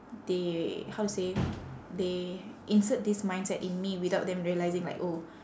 they how to say they insert this mindset in me without them realising like oh